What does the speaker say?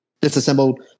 disassembled